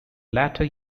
latter